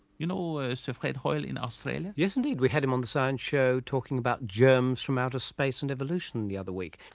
you know sir fred hoyle in australia? yes indeed we had him on the science show talking about germs from outer space and evolution the other week.